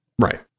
Right